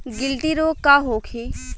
गिल्टी रोग का होखे?